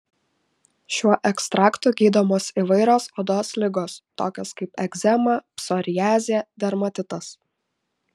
šiuo ekstraktu gydomos įvairios odos ligos tokios kaip egzema psoriazė dermatitas